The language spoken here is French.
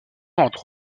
entre